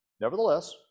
Nevertheless